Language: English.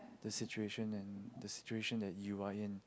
the situation and the situation that you are in